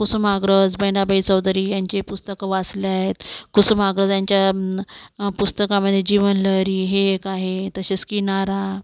कुसुमाग्रज बहिनाबाई चौधरी यांचे पुस्तकं वाचल्या आहेत कुसुमाग्रजांच्या पुस्तकामध्ये जीवनलहरी हे एक आहे तसेच किनारा